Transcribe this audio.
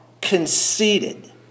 conceited